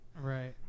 Right